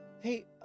Hey